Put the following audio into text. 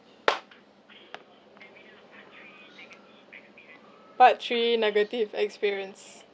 part three negative experience